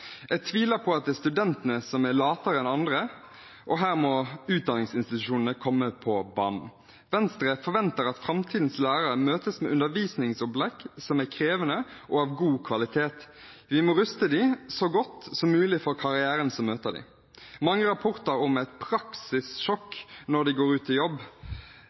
Jeg tviler på at disse studentene er latere enn andre. Her må utdanningsinstitusjonene komme på banen. Venstre forventer at framtidens lærere møtes med undervisningsopplegg som er krevende og av god kvalitet. Vi må ruste dem så godt som mulig for karrieren som møter dem. Mange rapporterer om et praksissjokk når de går ut i jobb.